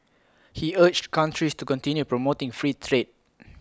he urged countries to continue promoting free trade